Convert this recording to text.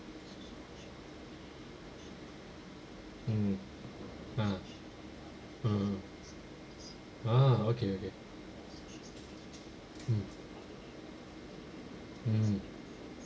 mm ah mm ah okay okay mm mm